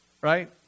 Right